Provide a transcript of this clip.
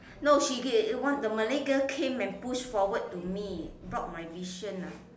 no she the one the Malay girl came and push forward to me block my vision ah